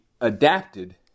adapted